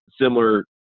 similar